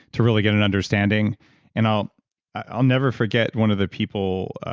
to really get an understanding and i'll i'll never forget one of the people,